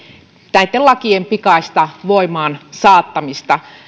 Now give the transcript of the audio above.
näitten lakien pikaista voimaansaattamista